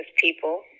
people